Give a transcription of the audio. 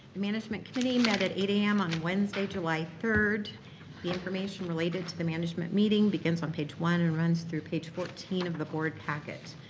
the management committee met at eight am on wednesday, july third. the information related to the management meeting begins on page one and runs through page fourteen of the board packet.